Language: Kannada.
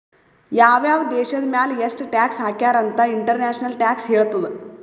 ಯಾವ್ ಯಾವ್ ದೇಶದ್ ಮ್ಯಾಲ ಎಷ್ಟ ಟ್ಯಾಕ್ಸ್ ಹಾಕ್ಯಾರ್ ಅಂತ್ ಇಂಟರ್ನ್ಯಾಷನಲ್ ಟ್ಯಾಕ್ಸ್ ಹೇಳ್ತದ್